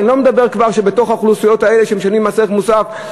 אני לא מדבר כבר שבתוך האוכלוסיות האלה שמשלמות מס ערך מוסף,